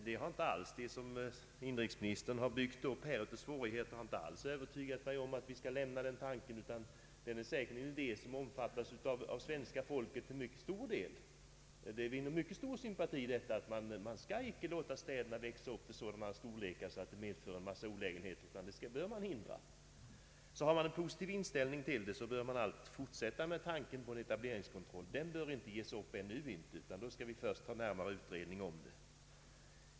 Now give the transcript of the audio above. De svårigheter inrikesministern har byggt upp har inte alls övertygat mig om att vi skall lämna tanken på etableringskontroll, ty den idén omfattas säkert av en mycket stor del av svenska folket. Tanken att vi inte bör låta städerna växa till sådan storlek att det medför en massa olägenheter vinner mycket stor sympati Tan Ang. regionalpolitiken ken på etableringskontroll bör alltså inte uppges, utan i stället behövs en närmare utredning om den.